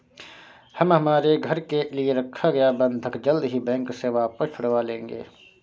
हम हमारे घर के लिए रखा गया बंधक जल्द ही बैंक से वापस छुड़वा लेंगे